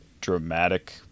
dramatic